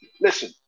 listen